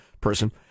person